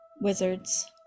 wizards